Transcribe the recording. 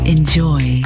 Enjoy